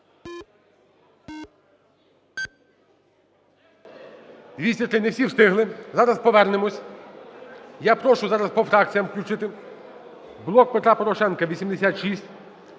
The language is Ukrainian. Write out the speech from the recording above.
За-203 Не всі встигли. Зараз повернемось. Я прошу зараз по фракціям включити. "Блок Петра Порошенка" –